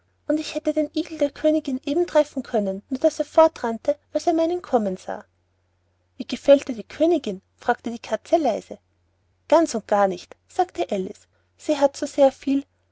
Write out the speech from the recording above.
und ich hätte den igel der königin noch eben treffen können nur daß er fortrannte als er meinen kommen sah wie gefällt dir die königin fragte die katze leise ganz und gar nicht sagte alice sie hat so sehr viel